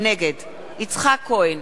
נגד יצחק כהן,